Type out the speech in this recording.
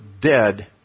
dead